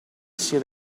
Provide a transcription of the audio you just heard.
sia